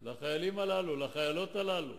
לחיילים הללו, לחיילות הללו,